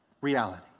reality